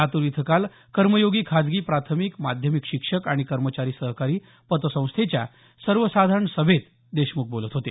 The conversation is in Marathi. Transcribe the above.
लातूर इथं काल कर्मयोगी खाजगी प्राथमिक माध्यमिक शिक्षक आणि कर्मचारी सहकारी पतसंस्थेच्या सर्वसाधारण सभेत देशमुख बोलत होते